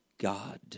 God